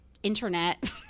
internet